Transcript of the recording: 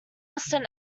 western